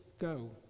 go